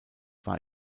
war